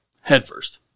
Headfirst